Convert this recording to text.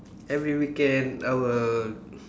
every weekend I will